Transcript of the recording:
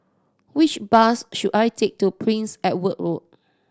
which bus should I take to Prince Edward Road